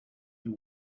you